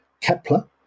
Kepler